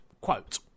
Quote